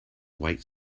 white